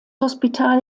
hospital